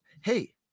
Hey